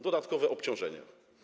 Dodatkowe obciążenie.